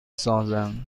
سازند